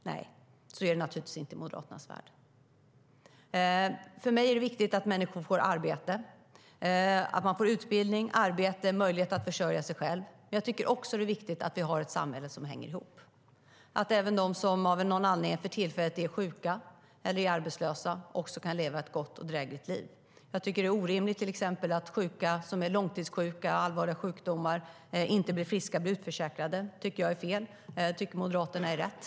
Nej, så är det naturligtvis inte i Moderaternas värld. För mig är det viktigt att människor får utbildning, arbete och möjlighet att försörja sig. Men det är också viktigt med ett samhälle som hänger ihop. Även de som av någon anledning för tillfället är sjuka eller arbetslösa ska kunna leva ett gott och drägligt liv. Det är orimligt att personer som är långtidssjuka och har allvarliga sjukdomar blir utförsäkrade. Det tycker jag är fel, men Moderaterna tycker att det är rätt.